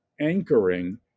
anchoring